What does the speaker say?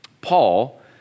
Paul